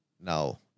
now